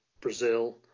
Brazil